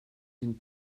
den